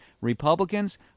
Republicans